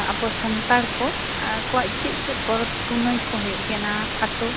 ᱟᱵᱚ ᱥᱟᱱᱛᱟᱲ ᱠᱚ ᱟᱠᱚᱣᱟᱜ ᱪᱮᱫ ᱪᱮᱫ ᱯᱚᱨᱚᱵᱽ ᱯᱩᱱᱟᱹᱭ ᱠᱚ ᱦᱩᱭᱩᱜ ᱜᱮᱭᱟ ᱱᱚᱣᱟ ᱟᱹᱛᱩ